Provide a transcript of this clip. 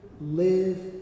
live